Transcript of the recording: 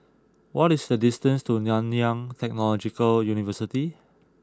what is the distance to Nanyang Technological University